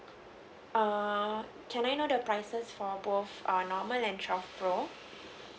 err can I know the prices for both err normal and twelve pro